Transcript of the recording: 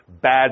bad